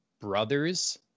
brothers